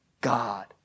God